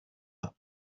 ایم